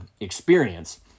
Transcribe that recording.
experience